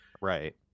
right